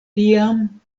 tiam